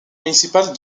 municipale